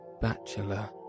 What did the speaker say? bachelor